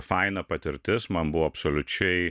faina patirtis man buvo absoliučiai